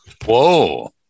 Whoa